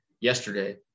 yesterday